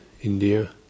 India